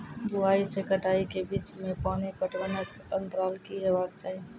बुआई से कटाई के बीच मे पानि पटबनक अन्तराल की हेबाक चाही?